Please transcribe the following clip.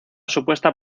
supuesta